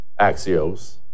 Axios